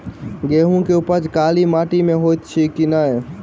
गेंहूँ केँ उपज काली माटि मे हएत अछि की नै?